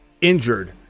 injured